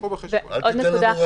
אל תיתן לנו רעיונות...